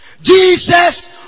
Jesus